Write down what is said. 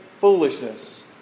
foolishness